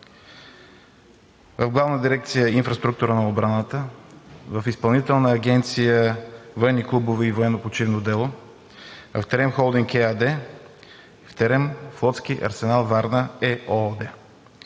в Главна дирекция „Инфраструктура на отбраната“, в Изпълнителна агенция „Военни клубове и военно-почивно дело“, в „Терем – холдинг“ ЕАД, в „Терем – КРЗ Флотски арсенал – Варна“ ЕООД.